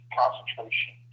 concentration